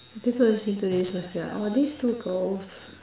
the people listening to this must be like oh this two girls